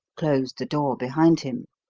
closed the door behind him.